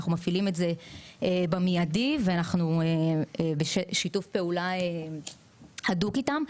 אנחנו מפעילים את זה במיידי ואנחנו בשיתוף פעולה הדוק איתם.